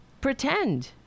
pretend